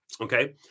Okay